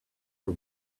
for